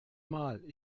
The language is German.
mal